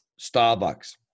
Starbucks